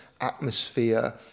atmosphere